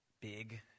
big